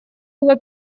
было